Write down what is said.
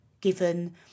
given